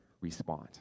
respond